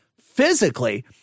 physically